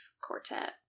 quartet